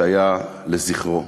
באירוע לזכרו.